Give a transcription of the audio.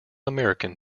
american